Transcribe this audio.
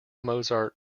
mozart